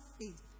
faith